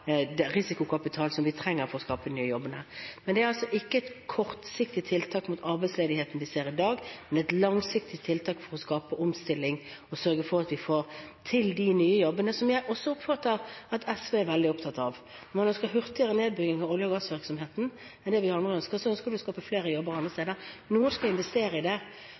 risikokapital vi trenger for å skape de nye jobbene. Men det vi ser i dag, er altså ikke et kortsiktig tiltak mot arbeidsledigheten, men et langsiktig tiltak for å skape omstilling og sørge for at vi får skapt de nye jobbene som jeg også oppfatter at SV er veldig opptatt av. Man ønsker hurtigere nedbygging av olje- og gassvirksomheten, men er det noe vi alle ønsker oss, så er det å skape flere jobber andre steder. Noen skal investere i det.